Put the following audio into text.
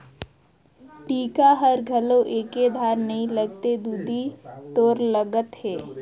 टीका हर घलो एके धार नइ लगथे दुदि तोर लगत हे